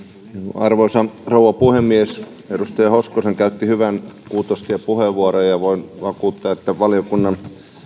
arvoisa rouva puhemies edustaja hoskonen käytti hyvän kuutostie puheenvuoron ja voin vakuuttaa että